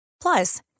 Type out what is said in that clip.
Plus